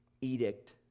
edict